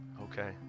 Okay